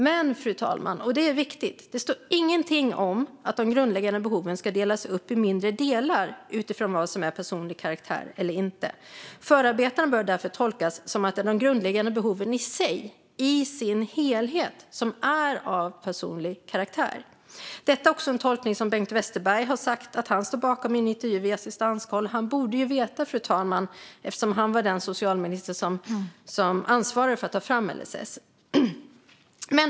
Men - och detta är viktigt, fru talman - det står ingenting om att de grundläggande behoven ska delas upp i mindre delar utifrån vad som är av personlig karaktär eller inte. Förarbetena bör därför tolkas som att det är de grundläggande behoven i sig i sin helhet som är av personlig karaktär. Detta är också en tolkning som Bengt Westerberg har sagt att han står bakom i en intervju i Assistanskoll, och han borde ju veta eftersom han var den socialminister som ansvarade för att ta fram LSS.